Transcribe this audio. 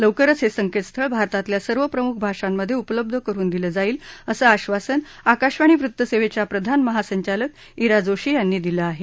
लवकरच हे संकेतस्थळ भारतातल्या सर्व प्रमुख भाषांमध्ये उपलब्ध करून दिलं जाईल असं आश्वासन आकाशवाणी वृत्तसेवेच्या प्रधान महासंचालक इरा जोशी यांनी दिलं आहे